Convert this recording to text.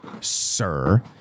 sir